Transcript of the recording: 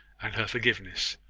and her forgiveness.